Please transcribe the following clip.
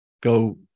go